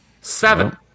Seven